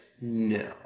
No